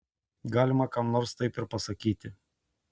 galima kam nors taip ir pasakyti